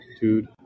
Dude